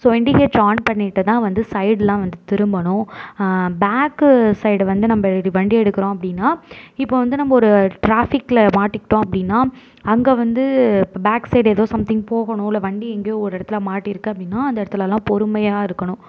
so இன்டிகேட்ரை on பண்ணிவிட்டுதான் வந்த சைடெலாம் வந்து திரும்பணும் பேக்கு சைடு வந்து நம்ம வண்டியை எடுக்கிறோம் அப்படினா இப்போ வந்து நம்ம ஒரு ட்ராஃப்பிக்கில் மாட்டிக்கிட்டோம் அப்படினா அங்கே வந்து பேக் சைடு ஏதோ சம்திங் போகணும் இல்லை வண்டி எங்கோ ஒரு இடத்துல மாட்டியிருக்கு அப்படினா அந்த இடத்துலலாம் பொறுமையாக இருக்கணும்